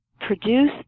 produce